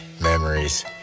memories